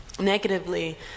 negatively